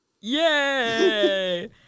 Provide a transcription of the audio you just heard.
Yay